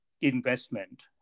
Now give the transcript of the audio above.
investment